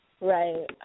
Right